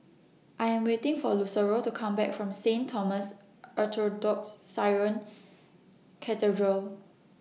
I Am waiting For Lucero to Come Back from Saint Thomas Orthodox Syrian Cathedral